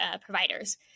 providers